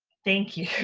thank you.